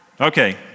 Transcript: Okay